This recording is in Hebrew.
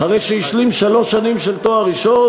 אחרי שהשלים שלוש שנים של תואר ראשון